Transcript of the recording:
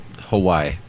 Hawaii